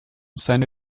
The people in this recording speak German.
seine